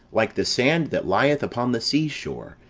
like the sand that lieth upon the sea shore,